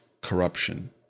corruption